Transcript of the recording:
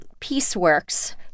PeaceWorks